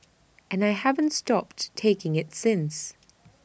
and I haven't stopped taking IT since